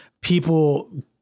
people